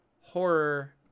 horror